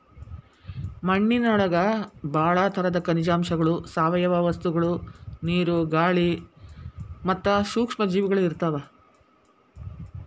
ಮಣ್ಣಿನೊಳಗ ಬಾಳ ತರದ ಖನಿಜಾಂಶಗಳು, ಸಾವಯವ ವಸ್ತುಗಳು, ನೇರು, ಗಾಳಿ ಮತ್ತ ಸೂಕ್ಷ್ಮ ಜೇವಿಗಳು ಇರ್ತಾವ